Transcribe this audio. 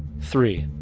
three.